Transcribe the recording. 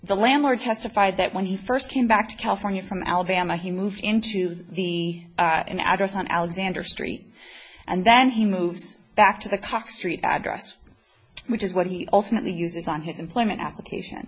the landlord testified that when he first came back to california from alabama he moved into the an address on alexander street and then he moves back to the cox street address which is what he ultimately uses on his employment application